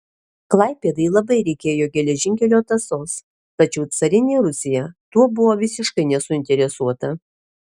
klaipėdai labai reikėjo geležinkelio tąsos tačiau carinė rusija tuo buvo visiškai nesuinteresuota